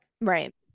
Right